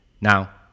Now